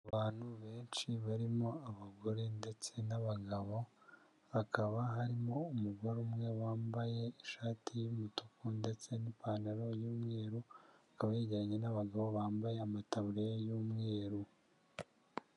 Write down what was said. Abantu benshi barimo abagore ndetse n'abagabo, hakaba harimo umugore umwe wambaye ishati y'umutuku ndetse n'ipantaro y'umweru, akaba yegeranye n'abagabo bambaye amataburiya y'umweru.